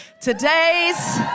Today's